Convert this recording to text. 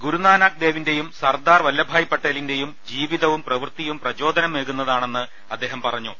ഗുരുനാനാക് ദേവിന്റെയും സർദാർ വല്ലഭായ് പട്ടേലിന്റെയും ജീവിതവും പ്രവൃത്തിയും പ്രചോനദമേകുന്ന താണെന്ന് അദ്ദേഹം പറഞ്ഞു